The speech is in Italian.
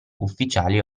ufficiali